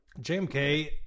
JMK